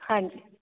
ਹਾਂਜੀ